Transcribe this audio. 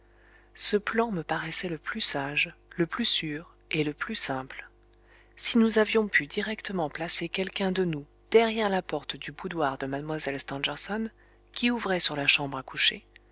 ce plan me paraissait le plus sage le plus sûr et le plus simple si nous avions pu directement placer quelqu'un de nous derrière la porte du boudoir de mlle stangerson qui ouvrait sur la chambre à coucher